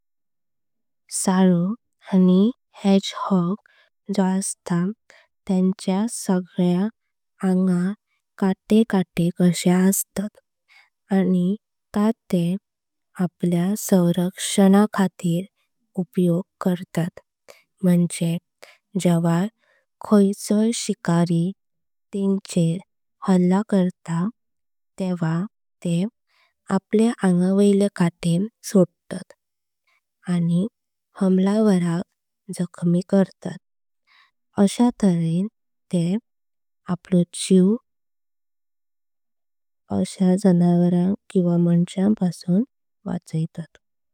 साळू आनी हेझोग जो अस्ता तेत्या सगळ्या अंगार काटें। काटें कशें असातात आनी ता ते आपल्या संरक्षण खातीर। उपयोग करतात म्हांजे जेवय खायचोय शिकारी तेचे। हमला करतां ते आपल्या अंगां वैलें काटें सोडतात। आनी हमलावराक जख्मी करतां अश्या तर्हेन ते। आपलो जीव ता अश्या जनावरां। किव्हां माणसांक पासून वाचयतात।